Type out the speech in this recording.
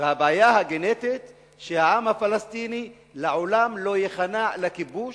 והבעיה הגנטית היא שהעם הפלסטיני לעולם לא ייכנע לכיבוש,